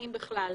אם בכלל.